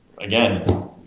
again